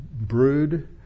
brood